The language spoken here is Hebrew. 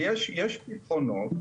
יש פתרונות,